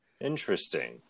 Interesting